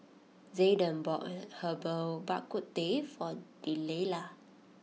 Zayden bought Herbal Bak Ku Teh for Delilah